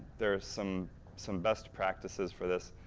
there's some some best practices for this,